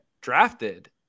drafted